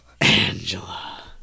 Angela